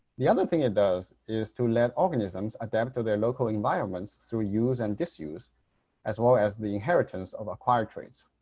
the other thing it does is to let organisms adapt to their local environments through use and disuse as well as the inheritance of acquired traits.